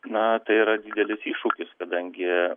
na tai yra didelis iššūkis kadangi